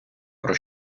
про